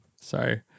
Sorry